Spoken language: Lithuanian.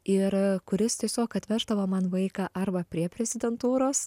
ir kuris tiesiog atveždavo man vaiką arba prie prezidentūros